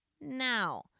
Now